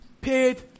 paid